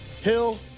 Hill